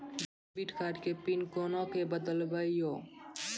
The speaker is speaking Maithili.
डेबिट कार्ड के पिन कोना के बदलबै यो?